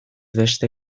beste